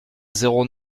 zéro